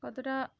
কতটা